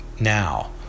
now